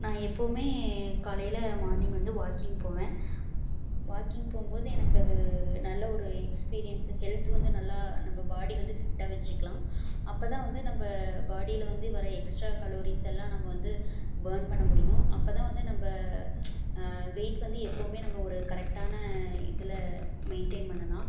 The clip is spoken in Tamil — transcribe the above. நான் எப்பவுமே காலையில் மார்னிங் வந்து வாக்கிங் போவேன் வாக்கிங் போகும்போது எனக்கு அது நல்ல ஒரு எக்ஸ்பீரியன்ஸு ஹெல்த் வந்து நல்லா நம்ம பாடி வந்து ஃபிட்டாக வெச்சுக்கலாம் அப்போதான் வந்து நம்ம பாடியில் வந்த வர எக்ஸ்ட்ரா கலோரிஸ் எல்லாம் நம்ம வந்து பேர்ன் பண்ண முடியும் அப்போதான் வந்து நம்ம வெயிட் வந்து எப்பவுமே நம்ம ஒரு கரெக்டான இதில் மெயின்டென் பண்ணலாம்